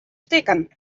stikken